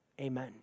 amen